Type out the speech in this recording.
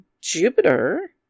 Jupiter